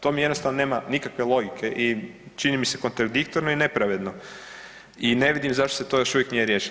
To mi jednostavno nema nikakve logike i čini mi se kontradiktorno i nepravedno i ne vidim zašto se to još uvijek nije riješilo.